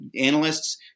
analysts